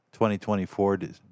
2024